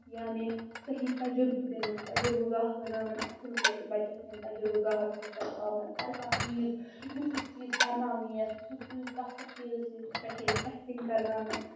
یعنی صحیح تجربہٕ دِنَس تَجربہٕ گاہ بَناون اَصٕل پٲٹھۍ بَچس نِنۍ تجربہٕ گاہس منٛز تَتہِ ہاونَس ہر کانٛہہ چیٖز یُس چیٖز پَرناونہٕ یِیَس سُہ سُے تَتھ تَتھ چیٖزَس پٮ۪ٹھ یِیَس اٮ۪کٹِنٛگ کرناونہٕ